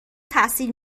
تاثیر